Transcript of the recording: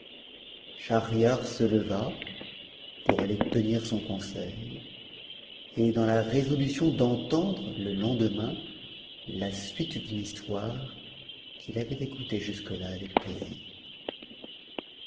schahriar se leva pour aller tenir son conseil et dans la résolution d'entendre le lendemain la suite d'une histoire qu'il avait écoutée jusque là avec plaisir